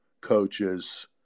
coaches